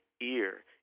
ear